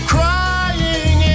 Crying